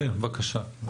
בבקשה.